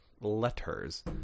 letters